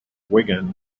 wigan